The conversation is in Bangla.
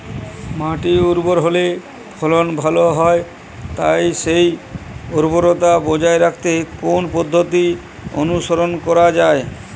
মাটি উর্বর হলে ফলন ভালো হয় তাই সেই উর্বরতা বজায় রাখতে কোন পদ্ধতি অনুসরণ করা যায়?